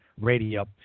Radio